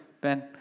Ben